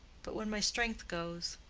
but when my strength goes,